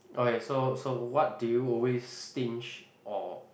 okay so so what do you always stinge or